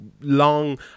long